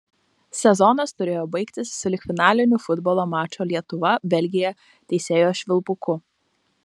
sezonas turėjo baigtis sulig finaliniu futbolo mačo lietuva belgija teisėjo švilpuku